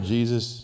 Jesus